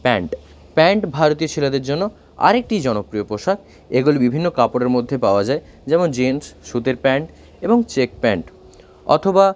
pant pant ভারতীয় ছেলেদের জন্য আরেকটি জনপ্রিয় পোশাক এগুলি বিভিন্ন কাপড়ের মধ্যে পাওয়া যায় যেমন জিন্স সুতির প্যান্ট এবং চেক প্যান্ট অথবা